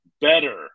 Better